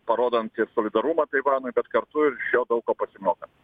parodant ir solidarumą taivanui bet kartu ir iš jo daug ko pasimokant